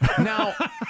Now